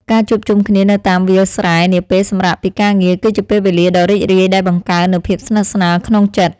ការជួបជុំគ្នានៅតាមវាលស្រែនាពេលសម្រាកពីការងារគឺជាពេលវេលាដ៏រីករាយដែលបង្កើននូវភាពស្និទ្ធស្នាលក្នុងចិត្ត។